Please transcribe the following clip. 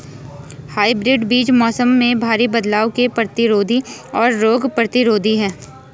hybrid बीज मौसम में भारी बदलाव के प्रतिरोधी और रोग प्रतिरोधी हैं